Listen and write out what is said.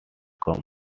come